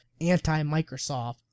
anti-Microsoft